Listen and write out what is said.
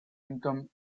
income